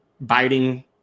biting